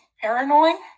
paranoid